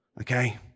okay